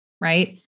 right